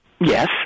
Yes